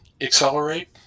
accelerate